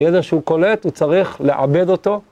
ידע שהוא קולט, הוא צריך לעבד אותו.